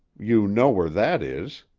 you know where that is.